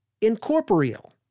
incorporeal